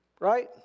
Right